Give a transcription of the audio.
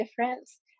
difference